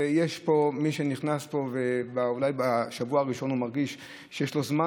מי שנכנס לפה בשבוע הראשון אולי מרגיש שיש לו זמן,